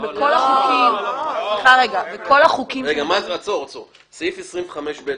מה זה סעיף 25ב(ב)?